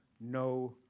no